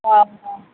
অ